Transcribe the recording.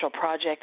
project